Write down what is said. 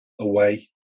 away